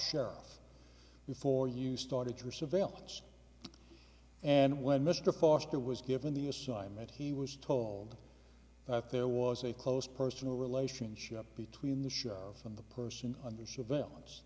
sheriff's before you started your surveillance and when mr foster was given the assignment he was told that there was a close personal relationship between the show from the person under surveillance